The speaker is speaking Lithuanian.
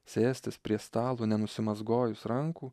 sėstis prie stalo nenusimazgojus rankų